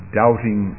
doubting